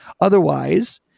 Otherwise